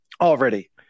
already